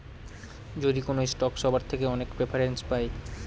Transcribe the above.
যদি কোনো স্টক সবার থেকে অনেক প্রেফারেন্স পায়